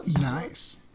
Nice